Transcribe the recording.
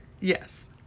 Yes